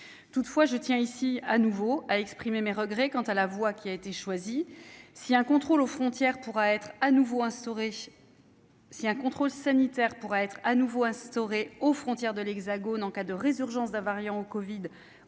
Toutefois, je tiens à exprimer de nouveau ici mes regrets quant à la voie qui a été choisie. Un contrôle sanitaire pourra être instauré aux frontières de l'Hexagone en cas de résurgence d'un variant du covid